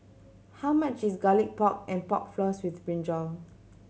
how much is Garlic Pork and Pork Floss with brinjal